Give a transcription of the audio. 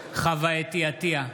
חוה אתי עטייה,